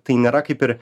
tai nėra kaip ir